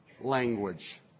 language